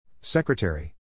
Secretary